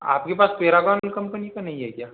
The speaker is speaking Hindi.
आपके पास पैरागौन कंपनी का नहीं है क्या